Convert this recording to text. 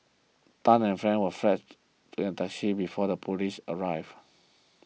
Tan and friends were fled in a taxi before the police arrived